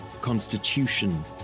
constitution